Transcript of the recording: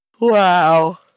Wow